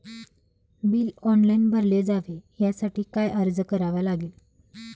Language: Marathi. बिल ऑनलाइन भरले जावे यासाठी काय अर्ज करावा लागेल?